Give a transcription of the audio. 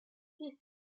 six